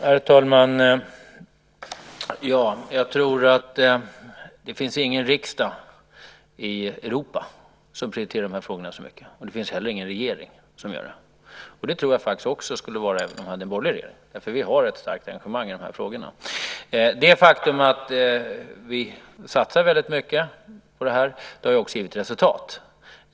Herr talman! Jag tror inte att det finns någon riksdag i Europa som prioriterar de här frågorna så mycket, och det finns heller ingen regering som gör det. Så tror jag faktiskt att det skulle vara även om vi hade en borgerlig regering därför att vi har ett starkt engagemang i de här frågorna. Det faktum att vi satsar väldigt mycket på det här har också givit resultat.